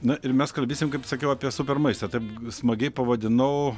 na ir mes kalbėsim kaip sakiau apie super maistą taip smagiai pavadinau